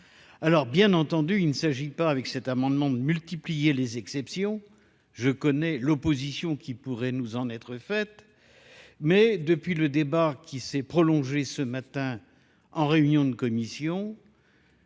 Alors bien entendu, il ne s'agit pas avec cet amendement de multiplier les exceptions. Je connais l'opposition qui pourrait nous en être faite. Mais depuis le débat qui s'est prolongé ce matin en réunion de commission,